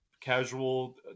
casual